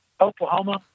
Oklahoma